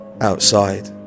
Outside